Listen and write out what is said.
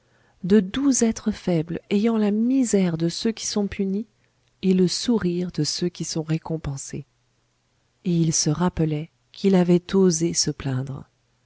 de doux êtres faibles ayant la misère de ceux qui sont punis et le sourire de ceux qui sont récompensés et il se rappelait qu'il avait